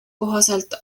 kohaselt